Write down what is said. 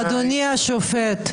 אדוני השופט,